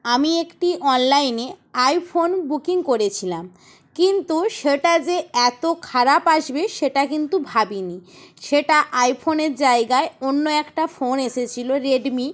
আমি একটি অনলাইনে আইফোন বুকিং করেছিলাম কিন্তু সেটা যে এতো খারাপ আসবে সেটা কিন্তু ভাবিনি সেটা আইফোনের জায়গায় অন্য একটা ফোন এসেছিলো রেডমি